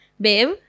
babe